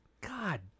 God